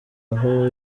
aho